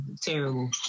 terrible